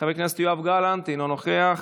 חבר הכנסת יואב גלנט, אינו נוכח,